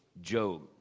Job